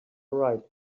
right